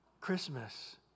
Christmas